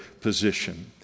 position